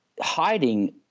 hiding